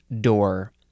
door